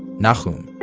nahum.